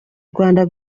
rwanda